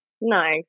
No